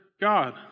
God